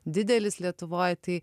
didelis lietuvoj tai